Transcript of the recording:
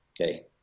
okay